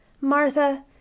Martha